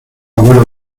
vuelo